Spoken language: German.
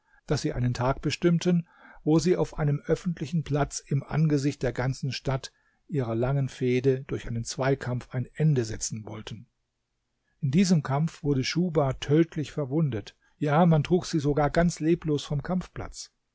daß sie einen tag bestimmten wo sie auf einem öffentlichen platz im angesicht der ganzen stadt ihrer langen fehde durch einen zweikampf ein ende setzen wollten in diesem kampf wurde schuhba tödlich verwundet ja man trug sie sogar ganz leblos vom kampfplatz